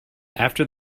after